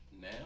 now